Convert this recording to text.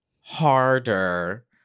harder